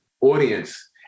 audience